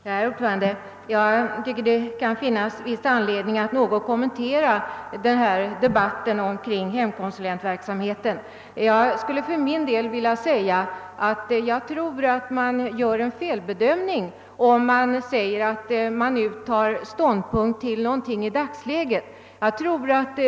Herr talman! Det kan finnas viss anledning att något kommentera denna debatt omkring hemkonsulentverksamheten. Jag tror nämligen att man gör en felbedömning, om man anser att man nu tar ståndpunkt till en organisationsfråga som endast avser dagsläget.